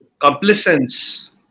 complacence